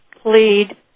plead